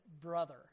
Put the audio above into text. brother